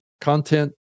content